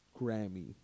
Grammy